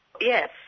Yes